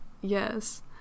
yes